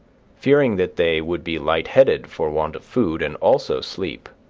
fearing that they would be light-headed for want of food and also sleep,